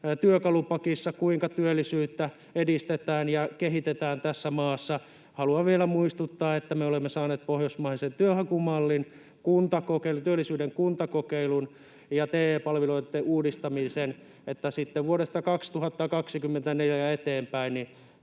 työkalupakissa siihen, kuinka työllisyyttä edistetään ja kehitetään tässä maassa. Haluan vielä muistuttaa, että me olemme saaneet pohjoismaisen työnhakumallin, työllisyyden kuntakokeilun ja TE-palveluitten uudistamisen, jotta sitten vuodesta 2024 eteenpäin